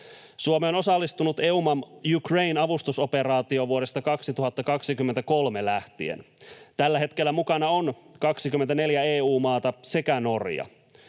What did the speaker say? Suomi on osallistunut EUMAM Ukraine -avustusoperaatioon vuodesta 2023 lähtien. Tällä hetkellä mukana on 24 EU-maata sekä Norja.